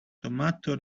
tomato